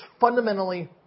fundamentally